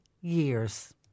years